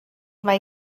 mae